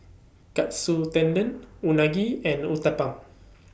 Katsu Tendon Unagi and Uthapam